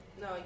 No